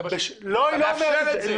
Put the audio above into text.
אתה מאפשר את זה.